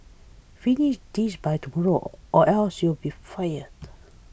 finish this by tomorrow or else you'll be fired